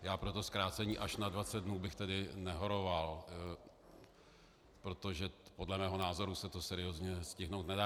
Já pro zkrácení až na dvacet dnů bych tedy nehoroval, protože podle mého názoru se to seriózně stihnout nedá.